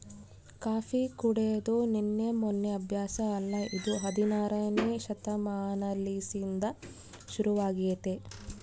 coffee ಕುಡೆದು ನಿನ್ನೆ ಮೆನ್ನೆ ಅಭ್ಯಾಸ ಅಲ್ಲ ಇದು ಹದಿನಾರನೇ ಶತಮಾನಲಿಸಿಂದ ಶುರುವಾಗೆತೆ